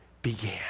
began